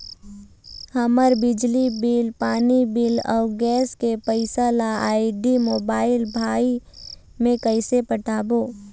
हमर बिजली बिल, पानी बिल, अऊ गैस के पैसा ला आईडी, मोबाइल, भाई मे कइसे पटाबो?